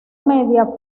media